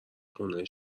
خونه